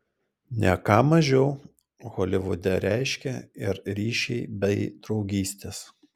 ne ką mažiau holivude reiškia ir ryšiai bei draugystės